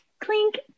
clink